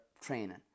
training